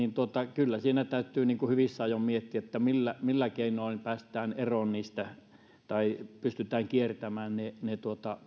kyllä siinä täytyy hyvissä ajoin miettiä millä millä keinoin päästään eroon niistä tai pystytään kiertämään ne ne